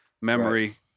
Memory